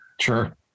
sure